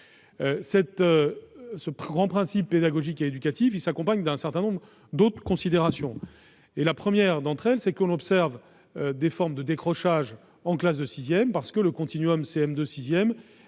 Ce grand principe pédagogique et éducatif s'accompagne d'un certain nombre d'autres considérations. La première d'entre elles, c'est que l'on observe des formes de décrochage en classe de sixième parce que le continuum entre